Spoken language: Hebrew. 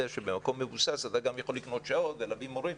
שבמקום מבוסס אתה גם יכול לקנות שעות ולהביא מורים.